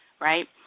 right